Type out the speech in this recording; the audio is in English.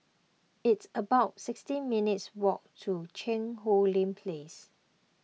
it's about sixty minutes' walk to Cheang Hong Lim Place